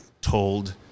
told